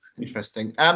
interesting